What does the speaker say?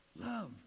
Love